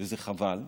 וזה חבל,